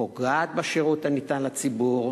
פוגעת בשירות הניתן לציבור,